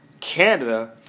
Canada